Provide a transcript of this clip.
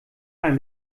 ein